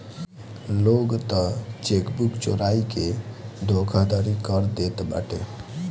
लोग तअ चेकबुक चोराई के धोखाधड़ी कर देत बाटे